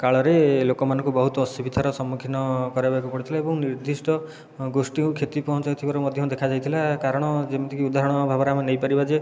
କାଳରେ ଲୋକମାନଙ୍କୁ ବହୁତ ଅସୁବିଧାର ସମ୍ମୁଖୀନ କରେଇବାକୁ ପଡ଼ିଥିଲା ଏବଂ ନିର୍ଦ୍ଧିଷ୍ଟ ଗୋଷ୍ଠୀକୁ କ୍ଷତି ପହଞ୍ଚାଇଥିବାର ମଧ୍ୟ ଦେଖାଦେଇଥିଲା କାରଣ ଯେମିତିକି ଉଦାହରଣ ଭାବରେ ଆମେ ନେଇପାରିବା ଯେ